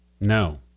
no